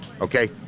Okay